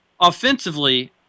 offensively